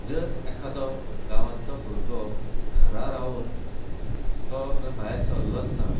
जर एखादो गांवांतलो भुरगो घरा रावून तो खंय भायर सरलोच ना